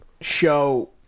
show